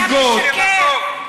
אתם לא רואים את מה שאנחנו רואים?